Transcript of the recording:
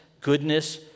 goodness